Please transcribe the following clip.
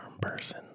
person